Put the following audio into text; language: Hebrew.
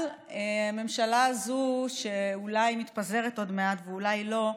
אבל הממשלה הזו, שאולי מתפזרת עוד מעט ואולי לא,